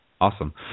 awesome